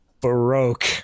Baroque